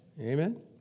Amen